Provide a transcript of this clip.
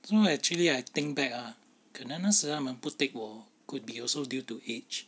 so actually I think back ah 可能那是他们不 take 我 hor could be also due to age